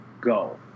go